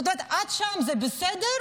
זאת אומרת עד שם זה בסדר,